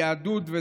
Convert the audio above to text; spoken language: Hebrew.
היהדות.